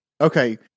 Okay